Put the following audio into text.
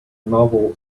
novel